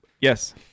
Yes